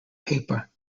paper